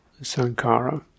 Sankara